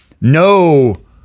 no